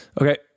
Okay